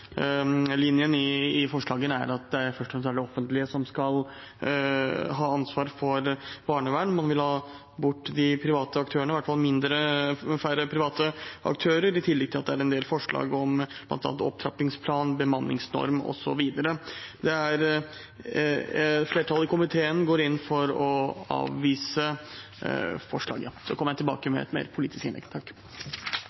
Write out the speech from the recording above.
barnevernsfeltet. Hovedlinjen i forslagene er at det først og fremst er det offentlige som skal ha ansvar for barnevern, man vil ha bort de private aktørene, i hvert fall ha færre private aktører, i tillegg til at det er en del forslag om bl.a. opptrappingsplan, bemanningsnorm osv. Flertallet i komiteen går inn for å avvise forslaget. Jeg kommer tilbake